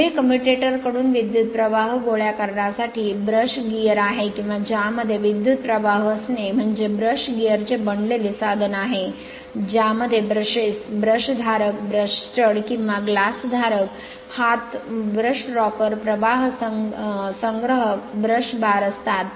पुढे कम्युएटर कडून विद्युत प्रवाह गोळा करण्यासाठी ब्रश गिअर आहे किंवा ज्यामध्ये विद्युत प्रवाह असणे म्हणजे ब्रश गिअर चे बनलेले साधन आहे ज्यामध्ये ब्रशेस ब्रश धारक ब्रश स्टड किंवा ग्लास धारक हात ब्रश रॉकर प्रवाह संग्रहक ब्रश बार असतात